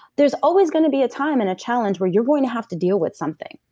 there's always going to be a time and a challenge where you're going to have to deal with something.